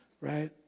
right